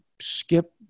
skip